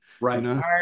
Right